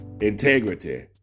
integrity